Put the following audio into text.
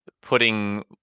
putting